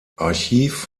archiv